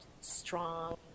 strong